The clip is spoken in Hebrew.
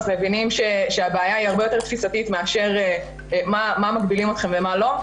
אז מבינים שהבעיה היא הרבה יותר תפיסתית מאשר מה מגבילים אתכם ומה לא.